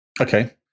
Okay